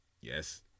yes